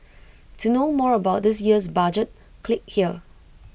to know more about this year's budget click here